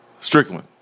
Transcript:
Strickland